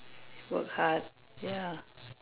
work hard ya